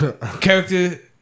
character